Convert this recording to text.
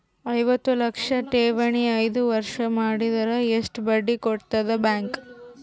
ಐವತ್ತು ಲಕ್ಷ ಠೇವಣಿ ಐದು ವರ್ಷ ಮಾಡಿದರ ಎಷ್ಟ ಬಡ್ಡಿ ಕೊಡತದ ಬ್ಯಾಂಕ್?